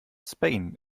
spain